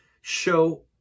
show